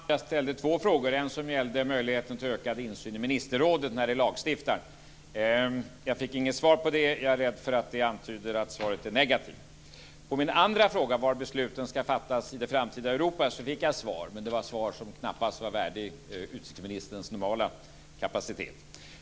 Fru talman! Jag ställde två frågor. En gällde möjligheten till ökad insyn i ministerrådet när det lagstiftar. Jag fick inget svar på den, och jag är rädd att det antyder att svaret är negativt. Min andra fråga gällde var besluten ska fattas i det framtida Europa. På den fick jag svar, men det var ett svar som knappast var värdigt utrikesministerns normala kapacitet.